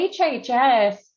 HHS